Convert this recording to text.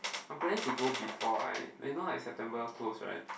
I planning to go before I you know it September close right